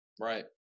Right